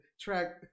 track